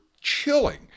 chilling